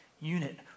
unit